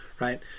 right